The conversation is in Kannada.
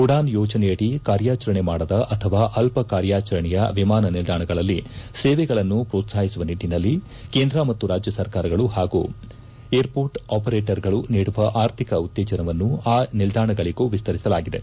ಉಡಾನ್ ಯೋಜನೆಯಡಿ ಕಾರ್ಯಚರಣೆ ಮಾಡದ ಅಥವಾ ಅಲ್ಲ ಕಾರ್ಯಾಚರಣೆಯ ವಿಮಾನ ನಿಲ್ದಾಣಗಳಲ್ಲಿ ಸೇವೆಗಳನ್ನು ಪೋತ್ಸಾಹಿಸುವ ನಿಟ್ಟಿನಲ್ಲಿ ಕೇಂದ್ರ ಮತ್ತು ರಾಜ್ಯ ಸರ್ಕಾರಗಳು ಹಾಗೂ ಏರ್ ಪೋರ್ಟ್ ಆಪರೇಟರುಗಳು ನೀಡುವ ಅರ್ಥಿಕ ಉತ್ತೇಜನವನ್ನು ಆ ನಿಲ್ದಾಣಗಳಿಗೂ ವಿಸ್ತರಿಸಲಾಗಿದೆ